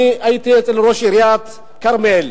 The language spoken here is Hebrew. הייתי אצל ראש עיריית כרמיאל.